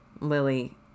Lily